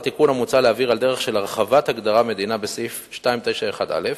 התשל"ז 1977, סעיף 291א,